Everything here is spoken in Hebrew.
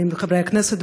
לחברי הכנסת,